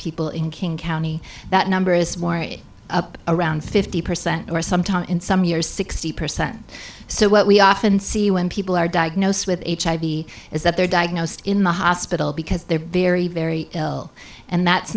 people in king county that number is more it up around fifty percent or sometime in some years sixty percent so what we often see when people are diagnosed with hiv is that they're diagnosed in the hospital because they're very very ill and that's